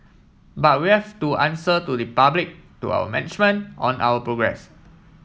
but we have to answer to the public to our management on our progress